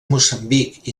moçambic